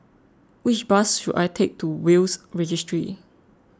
which bus should I take to Will's Registry